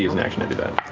use an action to do that.